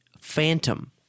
phantom